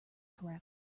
correct